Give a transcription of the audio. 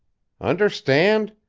understand?